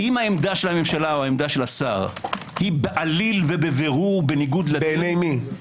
אם עמדת הממשלה או השר היא בעליל ובירור- - בעיני מי?